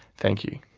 thank you.